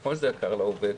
ונכון שזה יקר לעובד,